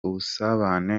ubusabane